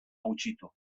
gutxitu